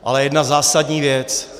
Ale jedna zásadní věc.